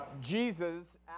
Jesus